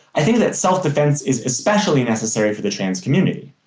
i think that self-defense is especially necessary for the trans community.